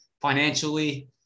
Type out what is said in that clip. financially